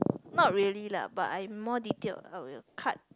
not really lah but I'm more detailed uh cut